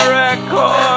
record